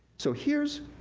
so, here's